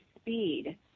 speed